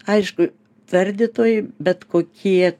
aišku tardytojai bet kokie